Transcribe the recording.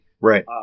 right